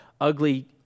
ugly